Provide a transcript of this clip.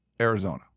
Arizona